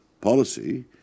policy